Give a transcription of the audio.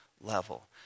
level